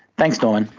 thanks norman.